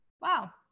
wow